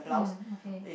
mm okay